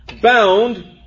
Bound